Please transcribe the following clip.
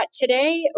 Today